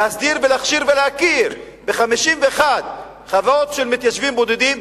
להסדיר ולהכשיר ולהכיר ב-51 חוות של מתיישבים בודדים,